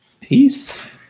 peace